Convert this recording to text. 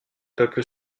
peuple